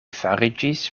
fariĝis